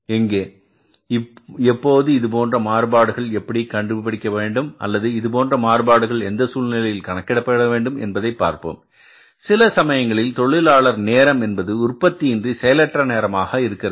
எங்கே எப்போது இதுபோன்ற மாறுபாடுகள் எப்படி கணக்கிட வேண்டும் அல்லது இதுபோன்ற மாறுபாடுகள் எந்த சூழ்நிலைகளில் கணக்கிடப்பட வேண்டும் என்பதைப் பார்ப்போம் சில சமயங்களில் தொழிலாளர் நேரம் என்பது உற்பத்தி இன்றி செயலற்ற நேரமாக இருக்கிறது